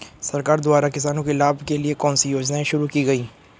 सरकार द्वारा किसानों के लाभ के लिए कौन सी योजनाएँ शुरू की गईं?